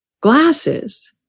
glasses